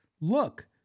look